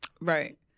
right